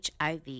HIV